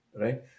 right